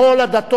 בכל העדות,